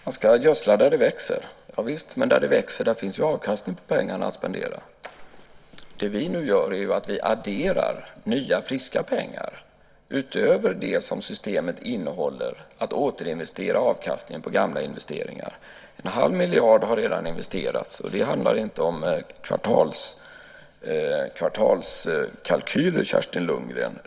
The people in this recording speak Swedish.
Herr talman! Visst ska man gödsla där det växer. Men där det växer finns det avkastning på pengarna att spendera. Det som vi nu gör är att addera nya och friska pengar, utöver de pengar som systemet innehåller, att återinvestera avkastningen på gamla investeringar. En halv miljard har redan investerats, och det handlar inte om kvartalskalkyler, Kerstin Lundgren.